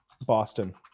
Boston